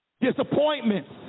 Disappointments